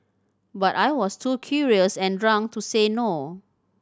but I was too curious and drunk to say no